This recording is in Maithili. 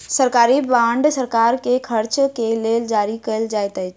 सरकारी बांड सरकार के खर्च के लेल जारी कयल जाइत अछि